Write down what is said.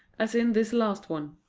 as in this last one.